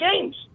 games